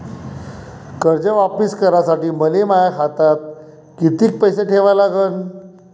कर्ज वापिस करासाठी मले माया खात्यात कितीक पैसे ठेवा लागन?